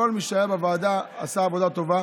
כל מי שהיה בוועדה עשה עבודה טובה.